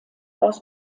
aus